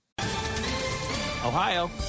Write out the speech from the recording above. Ohio